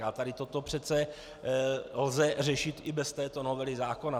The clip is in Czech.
A tady toto přece lze řešit i bez této novely zákona.